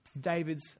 David's